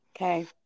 Okay